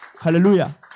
Hallelujah